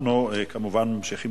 אנחנו כמובן ממשיכים